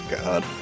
god